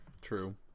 True